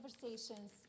conversations